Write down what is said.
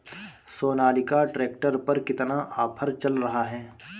Sonalika tractor पर कितना offer चल रहा है?